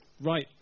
Right